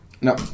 No